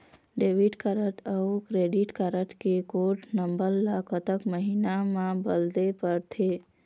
Debit card अऊ credit card के code number ला कतक महीना मा बदले पड़थे?